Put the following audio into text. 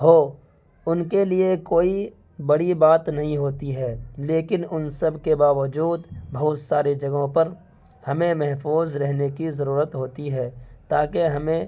ہو ان کے لیے کوئی بڑی بات نہیں ہوتی ہے لیکن ان سب کے باوجود بہت سارے جگہوں پر ہمیں محفوظ رہنے کی ضرورت ہوتی ہے تا کہ ہمیں